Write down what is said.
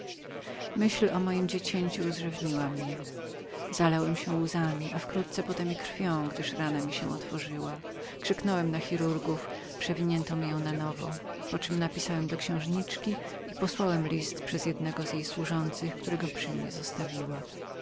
myśl o mojem dziecięciu rozrzewniła mnie zalałem się łzami i wkrótce potem krwią gdyż rana mi się otworzyła krzyknąłem na chirurgów przewinięto mi ją na nowo poczem napisałem do księżniczki i posłałem list przez jednego z jej służących którego przy mnie była zostawiła